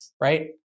right